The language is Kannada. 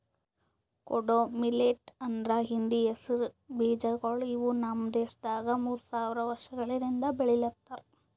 ಕೊಡೋ ಮಿಲ್ಲೆಟ್ ಅಂದುರ್ ಹಿಂದಿ ಹೆಸರು ಬೀಜಗೊಳ್ ಇವು ನಮ್ ದೇಶದಾಗ್ ಮೂರು ಸಾವಿರ ವರ್ಷಗೊಳಿಂದ್ ಬೆಳಿಲಿತ್ತಾರ್